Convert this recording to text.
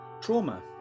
trauma